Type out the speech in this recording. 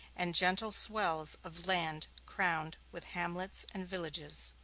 and gentle swells of land crowned with hamlets and villages.